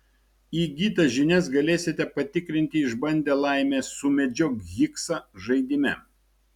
įgytas žinias galėsite patikrinti išbandę laimę sumedžiok higsą žaidime